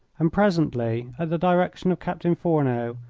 and presently, at the direction of captain fourneau,